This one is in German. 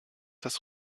das